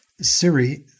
Siri